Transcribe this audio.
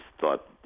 thought